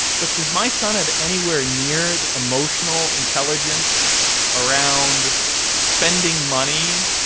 but does my son have anywhere near the emotional intelligence around spending money,